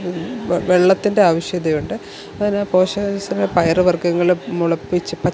വെള്ളത്തിൻ്റെ ആവശ്യകതയുണ്ട് പല പോഷക മിശ്രിത പയറു വർഗ്ഗങ്ങൾ മുളപ്പിച്ചു പച്ച